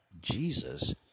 Jesus